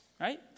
right